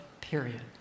period